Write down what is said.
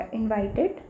invited